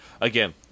again